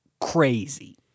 crazy